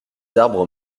arbres